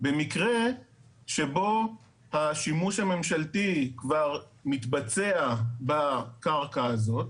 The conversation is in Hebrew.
במקרה שבו השימוש הממשלתי כבר מתבצע בקרקע הזאת.